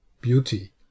beauty